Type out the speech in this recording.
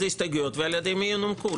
איזה הסתייגויות ועל ידי מי ינומקו.